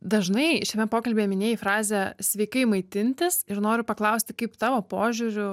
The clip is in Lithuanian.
dažnai šiame pokalbyje minėjai frazę sveikai maitintis ir noriu paklausti kaip tavo požiūriu